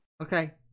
Okay